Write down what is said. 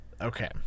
Okay